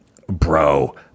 bro